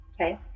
okay